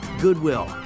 Goodwill